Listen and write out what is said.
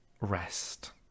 rest